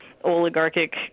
oligarchic